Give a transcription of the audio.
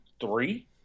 three